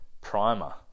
primer